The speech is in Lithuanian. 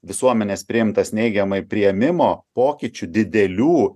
visuomenės priimtas neigiamai priėmimo pokyčių didelių